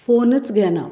फोनच घेना